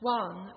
one